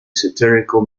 satirical